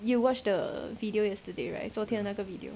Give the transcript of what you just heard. you watch the video yesterday right 昨天那个 video